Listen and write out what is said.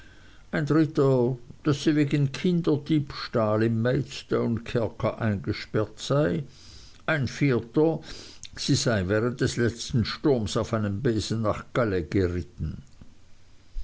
ein dritter daß sie wegen kinderdiebstahl im maidstonekerker eingesperrt sei ein vierter sie sei während des letzten sturms auf einem besen nach calais geritten